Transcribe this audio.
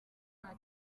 nta